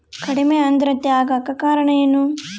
ಕಡಿಮೆ ಆಂದ್ರತೆ ಆಗಕ ಕಾರಣ ಏನು?